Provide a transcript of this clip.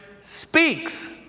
speaks